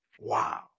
Wow